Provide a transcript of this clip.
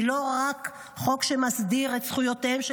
היא לא רק חוק שמסדיר את זכויותיהם של